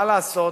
מה לעשות?